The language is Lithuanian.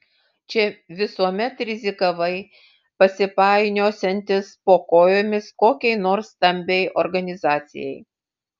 čia visuomet rizikavai pasipainiosiantis po kojomis kokiai nors stambiai organizacijai